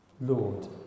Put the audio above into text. Lord